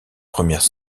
premières